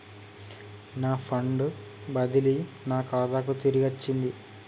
నా ఫండ్ బదిలీ నా ఖాతాకు తిరిగచ్చింది